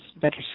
better